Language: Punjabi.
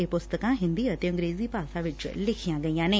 ਇਹ ਪੁਸਤਕਾਂ ਹਿੰਦੀ ਅਤੇ ਅੰਗਰੇਜ਼ੀ ਭਾਸ਼ਾ ਵਿਚ ਲਿਖੀਆਂ ਗਈਆਂ ਨੇ